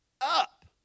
up